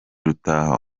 rutaha